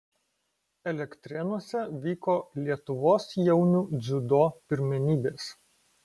elektrėnuose vyko lietuvos jaunių dziudo pirmenybės